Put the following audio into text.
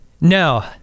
No